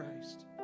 christ